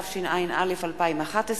התשע"א 2011,